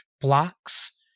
blocks